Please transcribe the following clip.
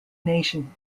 nation